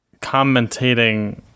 commentating